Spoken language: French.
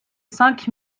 cinq